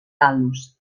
tal·lus